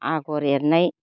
आगर एरनाय